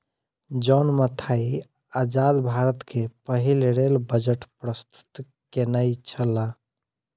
John Mathai आजाद भारत के पहिल रेल बजट प्रस्तुत केनई छला